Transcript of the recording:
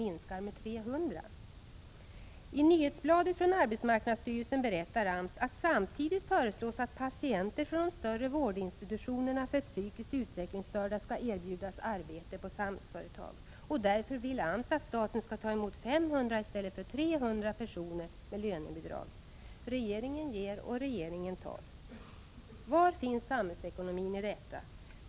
I nyhetsbladet från arbetsmarknadsstyrelsen berättar AMS att det samtidigt föreslås att patienter från de större vårdinstitutionerna för psykiskt utvecklingsstörda skall erbjudas arbete på Samhällsföretag, och därför vill AMS att staten skall ta emot 500 i stället för 300 personer med lönebidrag. Regeringen ger och regeringen tar. Var finns samhällsekonomin i detta?